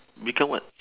become what